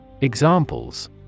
Examples